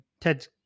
Ted